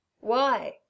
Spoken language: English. Why